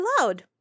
allowed